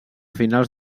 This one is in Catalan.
finals